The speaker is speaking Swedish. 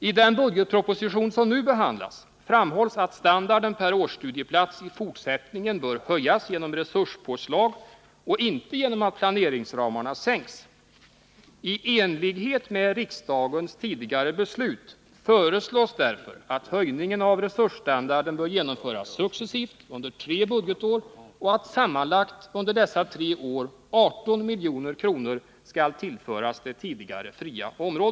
I den budgetproposition som nu behandlats framhålls att standarden per årsstudieplats i fortsättningen bör höjas genom resurspåslag och inte genom att planeringsramarna sänks. I enlighet med riksdagens tidigare beslut föreslås därför att höjningen av resursstandarden skall genomföras successivt under tre budgetår och att sammanlagt under dessa tre år 18 milj.kr. skall tillföras det tidigare fria området.